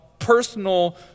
personal